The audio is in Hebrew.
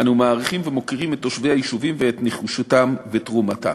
אנו מעריכים ומוקירים את תושבי היישובים ואת נחישותם ותרומתם.